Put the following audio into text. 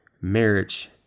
marriage